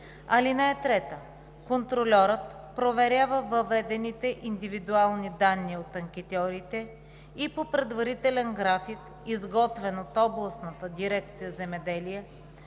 (3) Контрольорът проверява въведените индивидуални данни от анкетьорите и по предварителен график, изготвен от областната дирекция „Земеделие“,